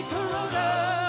Corona